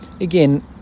again